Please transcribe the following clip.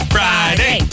Friday